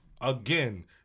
Again